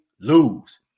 lose